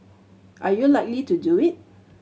are you likely to do it